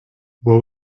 what